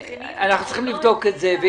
צריכים לבדוק את זה.